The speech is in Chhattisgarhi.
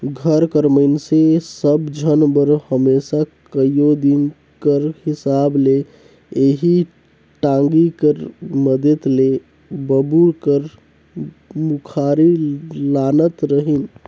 घर कर मइनसे सब झन बर हमेसा कइयो दिन कर हिसाब ले एही टागी कर मदेत ले बबूर कर मुखारी लानत रहिन